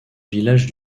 village